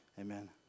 amen